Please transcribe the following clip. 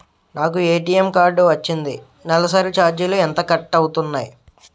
నాకు ATM card వచ్చింది నెలసరి ఛార్జీలు ఎంత కట్ అవ్తున్నాయి?